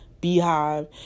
beehive